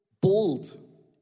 bold